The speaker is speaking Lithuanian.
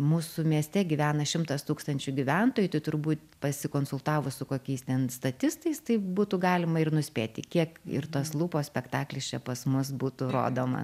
mūsų mieste gyvena šimtas tūkstančių gyventojų tai turbūt pasikonsultavus su kokiais ten statistais tai būtų galima ir nuspėti kiek ir tos lūpos spektaklis čia pas mus būtų rodoma